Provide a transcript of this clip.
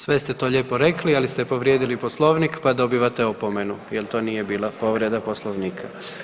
Sve ste to lijepo rekli, ali ste povrijedili Poslovnik pa dobivate opomenu jer to nije bila povreda Poslovnika.